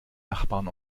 nachbarn